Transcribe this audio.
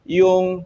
yung